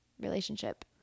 relationship